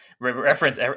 reference